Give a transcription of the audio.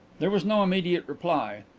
there was no immediate reply.